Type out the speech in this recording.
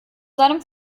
seinem